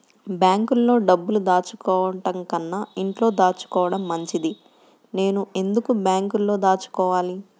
బ్యాంక్లో డబ్బులు దాచుకోవటంకన్నా ఇంట్లో దాచుకోవటం మంచిది నేను ఎందుకు బ్యాంక్లో దాచుకోవాలి?